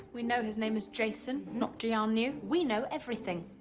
we know his name is jason, not jianyu. we know everything.